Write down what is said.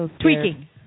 tweaking